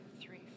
three